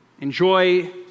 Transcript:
Enjoy